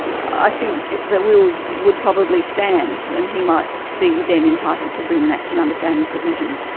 i think the will would probably stand, and he might be then entitled to bring an action under family provision.